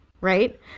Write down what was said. right